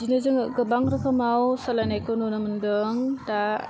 बिदिनो जोङो गोबां रोखोमाव सोलायनायखौ नुनो मोनदों दा